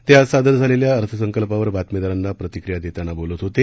ते आज सादर झालेल्या अर्थसंकल्पावर बातमीदारांना प्रतिक्रिया देतांना बोलत होते